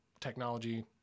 technology